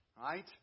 right